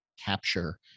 capture